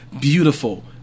beautiful